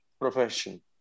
profession